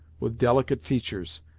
with delicate features,